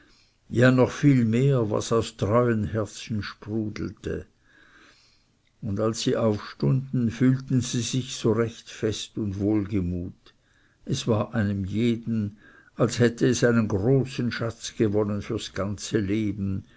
ja noch viel mehr was aus treuen herzen sprudelte und als sie aufstunden fühlten sie sich so recht fest und wohlgemut es war einem jeden als hätte es einen großen schatz gewonnen fürs ganze leben